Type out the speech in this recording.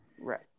right